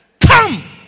Come